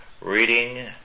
reading